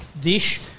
dish